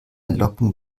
locken